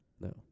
No